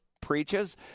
preaches